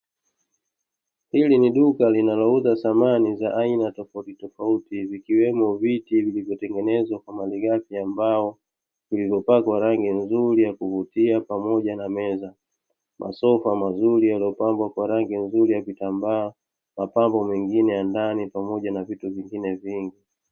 Hili ni duka linalouza thamani za aina tofauti tofauti, vikiwepo viti vilivyotengenezwa kwa malighafi ya mbao, vilivyopakwa rangi nzuri ya kuvutia pamoja na meza, masofa mazuri yaliyopambwa vizuri kwa rangi ya kitambaa, mapambo mazuri ya ndani pamoja na vitu vingine vingi.